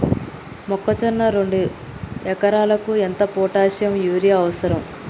మొక్కజొన్న రెండు ఎకరాలకు ఎంత పొటాషియం యూరియా అవసరం?